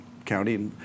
County